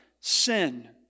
sin